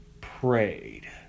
prayed